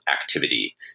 activity